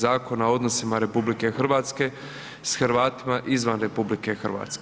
Zakona o odnosima RH s Hrvatima izvan RH.